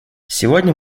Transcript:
сегодня